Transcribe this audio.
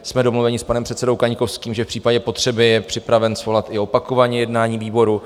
Jsme domluveni s panem předsedou Kaňkovským, že v případě potřeby je připraven svolat i opakovaně jednání výboru.